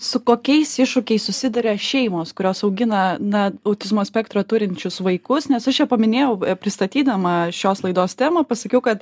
su kokiais iššūkiais susiduria šeimos kurios augina na autizmo spektro turinčius vaikus nes as čia paminėjau pristatydama šios laidos temą pasakiau kad